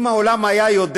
אם העולם היה יודע